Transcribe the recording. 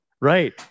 right